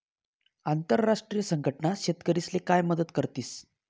आंतरराष्ट्रीय संघटना शेतकरीस्ले काय मदत करतीस?